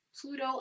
Pluto